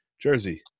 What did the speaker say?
Jersey